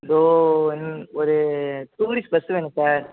one ஒரு tourist bus வேணும் sir